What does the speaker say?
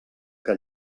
que